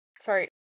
Sorry